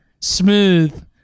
Smooth